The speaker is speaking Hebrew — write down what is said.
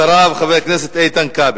אחריו, חבר הכנסת איתן כבל.